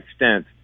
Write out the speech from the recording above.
extent